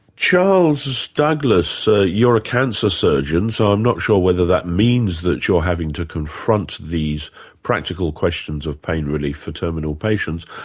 charles so douglas, ah you're a cancer surgeon, so i'm not sure whether that means that you're having to confront these practical questions of pain relief for terminal patients,